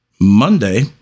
Monday